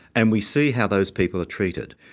and we see how those people are treated.